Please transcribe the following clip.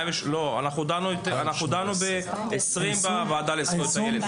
אנחנו דנו ב-2020 בוועדה לזכויות הילד.